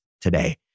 today